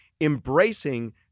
embracing